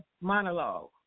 monologue